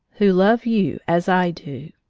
who love you as i do!